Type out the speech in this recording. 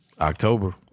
October